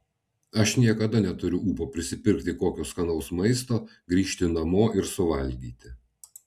aš niekada neturiu ūpo prisipirkti kokio skanaus maisto grįžti namo ir suvalgyti